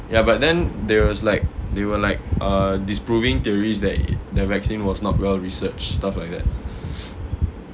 ya but then there was like they were like err disproving theories that the vaccine was not well researched stuff like that